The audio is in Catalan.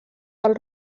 del